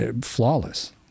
flawless